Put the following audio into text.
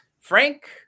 Frank